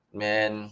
man